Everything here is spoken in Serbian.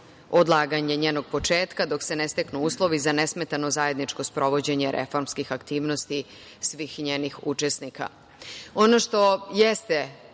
odlaganje njenog početka dok se ne steknu uslovi za nesmetano zajedničko sprovođenje reformskih aktivnosti svih njenih učesnika. Ono